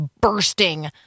bursting